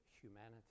humanity